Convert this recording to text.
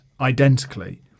identically